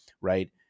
right